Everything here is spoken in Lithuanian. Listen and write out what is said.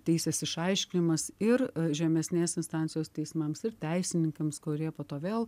teisės išaiškinimas ir žemesnės instancijos teismams ir teisininkams kurie po to vėl